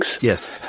yes